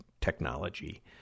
technology